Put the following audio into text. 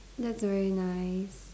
that's very nice